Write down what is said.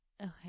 Okay